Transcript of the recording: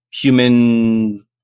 human